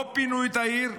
לא פינו את העיר,